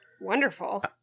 Wonderful